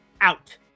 out